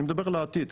אני מדבר על העתיד,